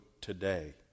today